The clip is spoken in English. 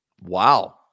Wow